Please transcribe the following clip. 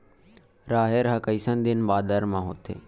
राहेर ह कइसन दिन बादर म होथे?